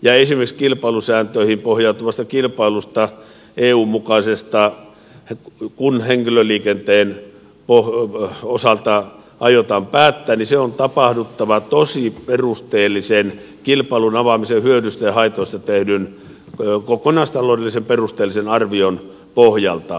esimerkiksi kun kilpailusääntöihin pohjautuvasta kilpailusta eun mukaisesta henkilöliikenteen osalta aiotaan päättää niin sen on tapahduttava kilpailun avaamisen hyödyistä ja haitoista tehdyn kokonaistaloudellisen tosi perusteellisen arvion pohjalta